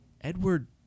Edward